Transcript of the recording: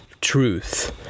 truth